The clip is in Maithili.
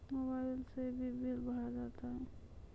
मोबाइल से भी बिल भरा जाता हैं?